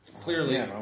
Clearly